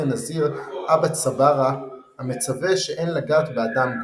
הנזיר אבא צברה המצווה שאין לגעת באדם גוי,